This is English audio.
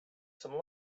some